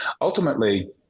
ultimately